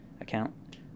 account